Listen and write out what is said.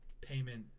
payment